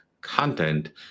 content